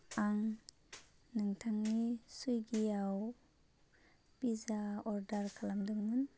आं नोंथांनि सुविगियाव पिज्जा अरदार खालामदोंमोन